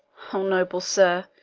o noble sir,